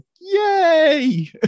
yay